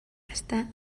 està